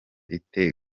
ite